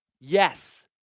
Yes